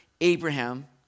Abraham